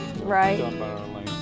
Right